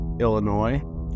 Illinois